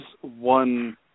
one